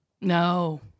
No